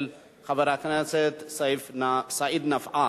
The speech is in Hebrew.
של חבר הכנסת סעיד נפאע.